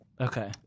Okay